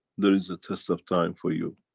there is a test of time for you.